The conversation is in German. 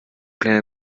kleine